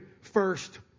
first